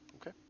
Okay